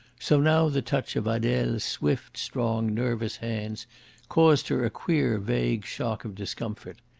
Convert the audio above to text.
so now the touch of adele's swift, strong, nervous hands caused her a queer, vague shock of discomfort.